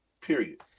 Period